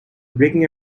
breaking